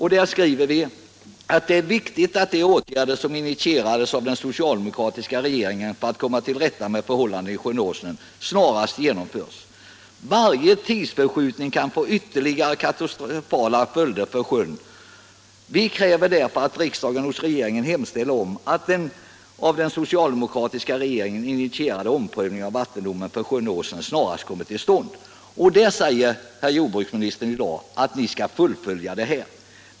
I den skriver vi bl.a.: ”Det är viktigt att de åtgärder som initierades av den socialdemokratiska regeringen för att komma till rätta med förhållandena i sjön Åsnen snarast genomförs. Varje tidsförskjutning kan få ytterligare katastrofala följder för sjön. Vi kräver därför att riksdagen hos regeringen hemställer om att den av den socialdemokratiska regeringen initierade omprövningen av vattendomen för sjön Åsnen snarast kommer till stånd.” Jordbruksministern säger i dag att vi skall fullfölja detta.